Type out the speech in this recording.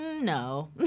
No